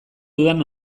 dudan